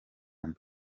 mba